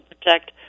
protect